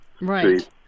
Right